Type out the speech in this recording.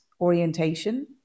orientation